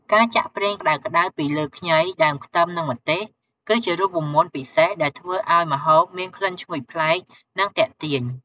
ការចាក់ប្រេងក្តៅៗពីលើខ្ញី ដើមខ្ទឹម និងម្ទេស គឺជារូបមន្តពិសេសដែលធ្វើឲ្យម្ហូបមានក្លិនឈ្ងុយប្លែក និងទាក់ទាញ។